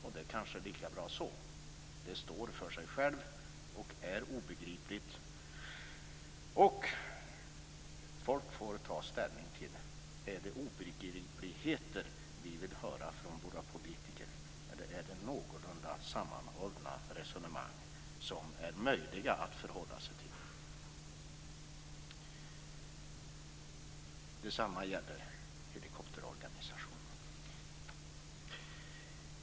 Det kanske är lika bra så. Det står för sig självt och är obegripligt. Folk får ta ställning till om det är obegripligheter man vill höra från våra politiker eller om det är någorlunda sammanhållna resonemang som är möjliga att förhålla sig till. Detsamma gäller helikopterorganisationen.